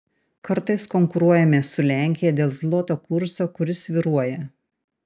kartais konkuruojame su lenkija dėl zloto kurso kuris svyruoja